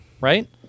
right